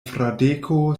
fradeko